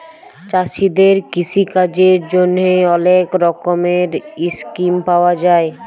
চাষীদের কিষিকাজের জ্যনহে অলেক রকমের ইসকিম পাউয়া যায়